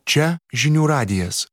čia žinių radijas